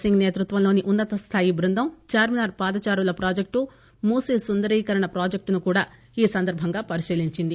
సింగ్ నేతృత్వంలోని ఉన్నత స్థాయి బృందం చార్మినార్ పాదచారుల ప్రాజెక్టు మూసి సుందరీకరణ ప్రాజెక్టును కూడా ఈ సందర్బంగా పరిశీలించారు